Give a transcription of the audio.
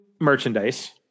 merchandise